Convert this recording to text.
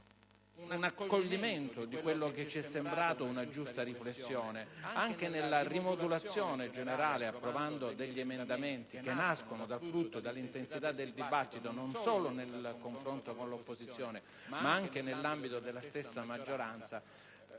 un accoglimento di quella che ci è sembrata una giusta riflessione, anche nella rimodulazione generale, approvando emendamenti che sono il frutto dell'intensità del dibattito, non solo nel confronto con l'opposizione ma anche nell'ambito della stessa maggioranza,